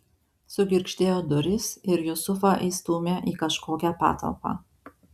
sugirgždėjo durys ir jusufą įstūmė į kažkokią patalpą